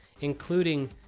including